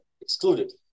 excluded